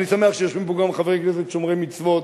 אני שמח שיושבים פה גם חברי כנסת שומרי מצוות,